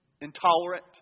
intolerant